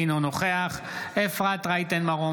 אינו נוכח אפרת רייטן מרום,